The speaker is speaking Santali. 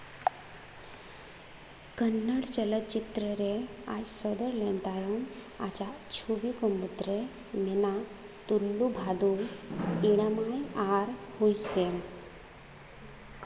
ᱠᱚᱱᱱᱚᱲ ᱪᱚᱞᱚᱛ ᱪᱤᱛᱨᱟᱹ ᱨᱮ ᱟᱪ ᱥᱚᱫᱚᱨ ᱞᱮᱱ ᱛᱟᱭᱚᱢ ᱟᱡᱟᱜ ᱪᱷᱚᱵᱤ ᱠᱚ ᱢᱩᱫᱽᱨᱮ ᱢᱮᱱᱟᱜ ᱛᱩᱞᱞᱩ ᱵᱷᱟᱹᱫᱩ ᱤᱲᱟᱢᱟᱭ ᱟᱨ ᱦᱩᱭᱥᱮᱞ